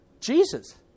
Jesus